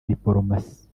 dipolomasi